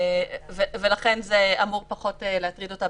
לכן זה אמור פחות להטריד אותה.